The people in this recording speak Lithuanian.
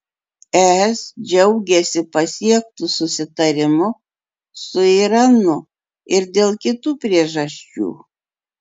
es džiaugiasi pasiektu susitarimu su iranu ir dėl kitų priežasčių